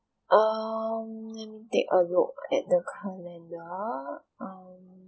um let me take a look at the calendar um